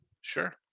Sure